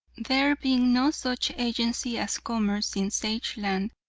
there being no such agency as commerce in sageland,